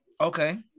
Okay